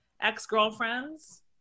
ex-girlfriends